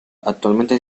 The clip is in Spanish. actualmente